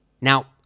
Now